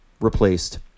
replaced